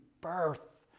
birth